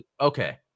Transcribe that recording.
Okay